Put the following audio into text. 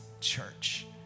church